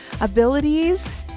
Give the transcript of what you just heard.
abilities